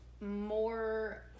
more